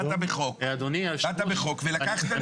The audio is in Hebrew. באת בחוק ולקחת לי.